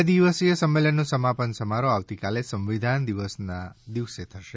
બે દિવસીય સંમેલનનો સમાપન સમારોફ આવતીકાલે સંવિધાન દિવસના દિવસે થશે